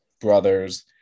brothers